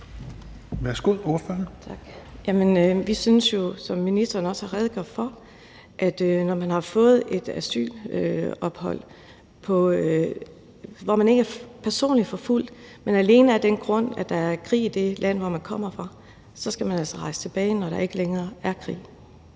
Vi synes jo, som ministeren også har redegjort for, at når man har fået et asylophold, ikke fordi man er personligt forfulgt, men alene af den grund, at der er krig i det land, man kommer fra, så skal man altså rejse tilbage, når der ikke længere er krig.